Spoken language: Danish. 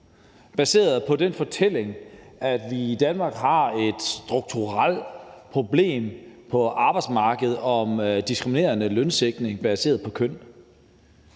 baseret på den fortælling, at vi i Danmark har et strukturelt problem på arbejdsmarkedet med diskriminerende lønsætning baseret på køn.